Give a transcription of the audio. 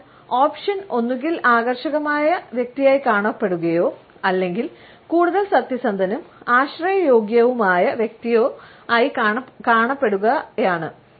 അതിനാൽ ഓപ്ഷൻ ഒന്നുകിൽ ആകർഷകമായ വ്യക്തിയായി കാണപ്പെടുകയോ അല്ലെങ്കിൽ കൂടുതൽ സത്യസന്ധനും ആശ്രയയോഗ്യവുമായ വ്യക്തിയോ ആയി കാണപ്പെടുകയാണ്